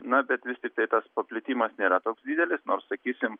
na bet vis tiktai tas paplitimas nėra toks didelis nors sakysim